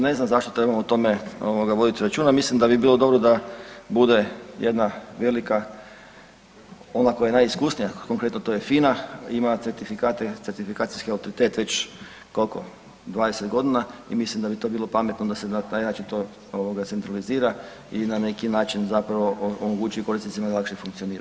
Ne znam zašto trebamo o tome voditi računa, mislim da bi bilo dobro da bude jedna velika ona koja je najiskusnija, konkretno to je FINA ima certifikate, certifikacijski autoritet već koliko, 20 godina i mislim da bi to bilo pametno da se na taj način to centralizira i na neki način omogući korisnicima da lakše funkcioniraju.